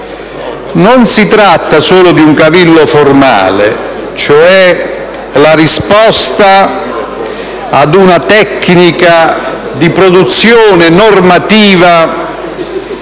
Non si tratta solo di un cavillo formale, cioè la risposta a una tecnica di produzione normativa